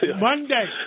Monday